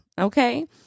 Okay